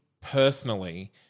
personally